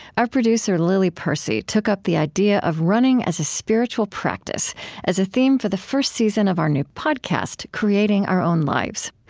our producer lily percy took up the idea of running as a spiritual practice as a theme for the first season of our new podcast, creating our own lives.